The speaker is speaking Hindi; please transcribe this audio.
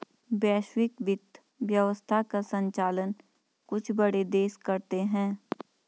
वैश्विक वित्त व्यवस्था का सञ्चालन कुछ बड़े देश करते हैं